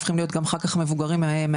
הופכים להיות אחר כך גם מבוגרים מעשנים.